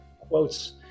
quotes